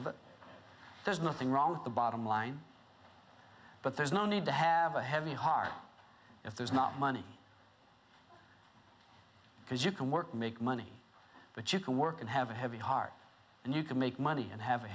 of it there's nothing wrong with the bottom line but there's no need to have a heavy heart if there's not money because you can work make money but you can work and have a heavy heart and you can make money and have a